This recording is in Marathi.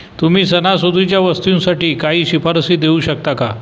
तुम्ही सना सुदीच्या वस्तूंसाठी काही शिफारसी देऊ शकता का